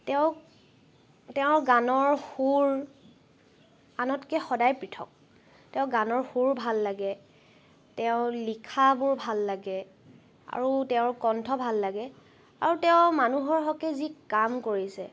তেওঁক তেওঁৰ গানৰ সুৰ আনতকৈ সদায় পৃথক তেওঁৰ গানৰ সুৰ ভাল লাগে তেওঁৰ লিখাবোৰ ভাল লাগে আৰু তেওঁৰ কণ্ঠ ভাল লাগে আৰু তেওঁ মানুহৰ হকে যি কাম কৰিছে